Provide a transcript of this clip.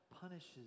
punishes